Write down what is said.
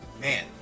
Man